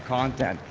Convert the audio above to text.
content.